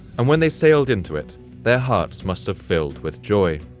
and when they sailed into, it their hearts must have filled with joy.